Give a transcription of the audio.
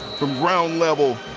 from ground level.